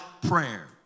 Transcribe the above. prayer